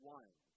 one